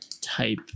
type